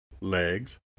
legs